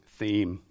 theme